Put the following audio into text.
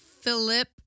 Philip